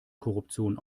korruption